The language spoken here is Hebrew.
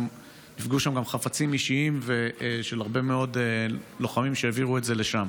גם שם נפגעו חפצים אישיים של הרבה מאוד לוחמים שהעבירו את זה לשם.